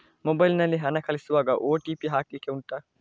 mobile ನಲ್ಲಿ ಹಣ ಕಳಿಸುವಾಗ ಓ.ಟಿ.ಪಿ ಹಾಕ್ಲಿಕ್ಕೆ ಉಂಟಾ